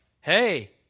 hey